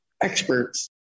experts